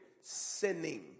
sinning